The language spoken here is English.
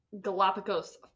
Galapagos